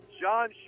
John